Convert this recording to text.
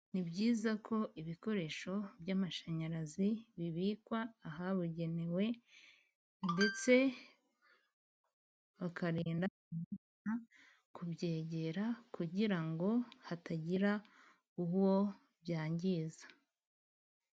Ni byiza ko ibikoresho by'amashanyarazi bibikwa ahabugenewe, ndetse bakarinda abana kubyegera, kugira ngo hatagira uwo byangiza.